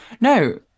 no